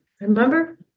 remember